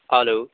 hello